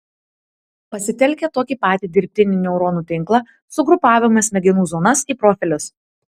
pasitelkę tokį patį dirbtinį neuronų tinklą sugrupavome smegenų zonas į profilius